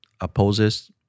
opposes